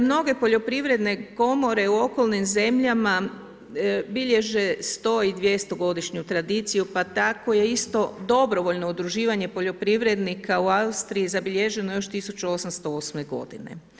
Mnoge poljoprivredne komore u okolnim zemljama bilježe sto i dvjesto godišnju tradiciju pa tako je isto dobrovoljno udruživanje poljoprivrednika u Austriji zabilježeno još 1808. godine.